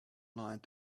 lined